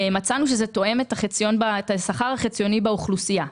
מצאנו שזה תואם את השכר החציוני באוכלוסייה.